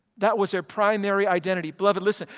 that was their primary identity. beloved listen,